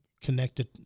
connected